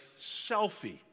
selfie